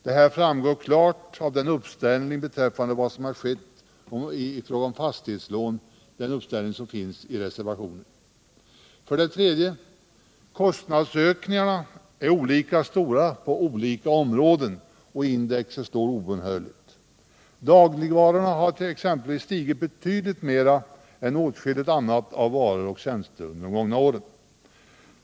Det framgår också klart av den uppställning beträffande fastighetslån som finns i reservationen. 3. Kostnadsökningarna är olika stora på olika områden — index är obönhörligt detsamma. Dagligvarorna har exempelvis stigit betydligt mer under de gångna åren än åtskilligt annat av varor och tjänster.